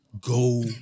go